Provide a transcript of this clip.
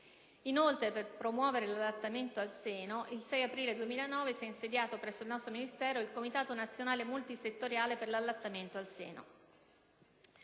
Inoltre, per promuovere l'allattamento al seno, il 6 aprile 2009 si è insediato presso il nostro Ministero il Comitato nazionale multisettoriale per l'allattamento al seno.